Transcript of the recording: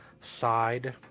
side